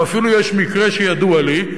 אפילו יש מקרה שידוע לי,